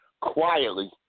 quietly